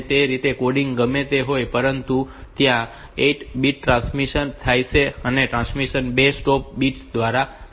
તે રીતે કોડિંગ ગમે તે હોય પરંતુ ત્યાં 8 બિટ્સ ટ્રાન્સમિટ થશે અને ટ્રાન્સમિશન 2 સ્ટોપ બિટ્સ દ્વારા સમાપ્ત થાય છે